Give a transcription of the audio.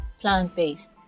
plant-based